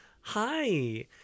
hi